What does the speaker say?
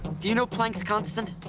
do you know planck's constant?